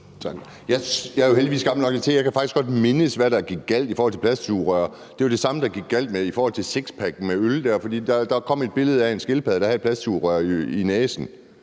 Jeg er jo heldigvis gammel nok til, at jeg faktisk godt kan mindes, hvad der gik galt i forhold til plastsugerør; det var det samme, der gik galt i forhold til sixpack med øl. Der kom et billede af en skildpadde, der havde et plastsugerør i snuden.